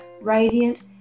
radiant